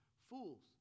Fools